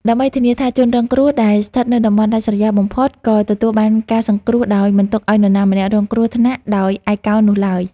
ដើម្បីធានាថាជនរងគ្រោះដែលស្ថិតនៅតំបន់ដាច់ស្រយាលបំផុតក៏ទទួលបានការសង្គ្រោះដោយមិនទុកឱ្យនរណាម្នាក់រងគ្រោះថ្នាក់ដោយឯកោនោះឡើយ។